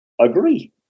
agree